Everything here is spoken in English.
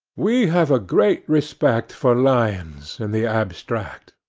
we have a great respect for lions in the abstract.